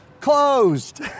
closed